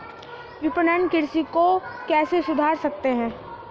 विपणन कृषि को कैसे सुधार सकते हैं?